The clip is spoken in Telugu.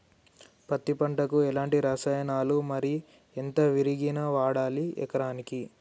పత్తి పంటకు ఎలాంటి రసాయనాలు మరి ఎంత విరివిగా వాడాలి ఎకరాకి?